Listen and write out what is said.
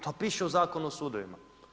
To piše u Zakonu o sudovima.